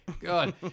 God